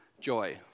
joy